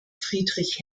friedrich